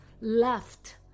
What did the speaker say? left